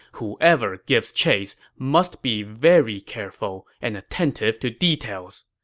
whoever gives chase must be very careful and attentive to details.